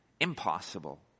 Impossible